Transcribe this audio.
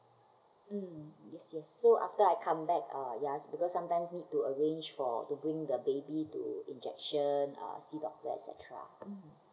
um yes yes so after I come back uh ya because sometimes need to arrange for to bring the baby to injection uh see doctor et cetera um